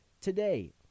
today